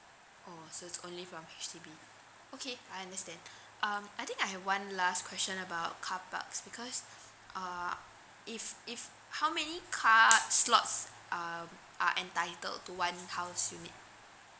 oh so it's only from H_D_B okay I understand um I think I have one last question about carparks because err if if how many car slots err are entitled to one house unit